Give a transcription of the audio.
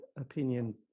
opinion